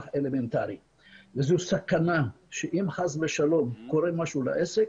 אלמנטרי וזאת סכנה כי אם חס ושלום קורה משהו לעסק,